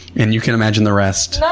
and you can imagine the rest. no!